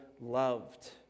loved